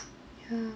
ya